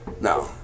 No